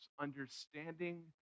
understanding